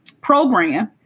program